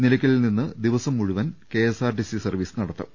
നിലയ്ക്കലിൽ നിന്നും ദിവസം മുഴുവൻ കെഎസ്ആർടിസി സർവ്വീസ് നടത്തും